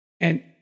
and-